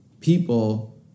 people